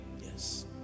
Yes